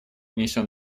внесен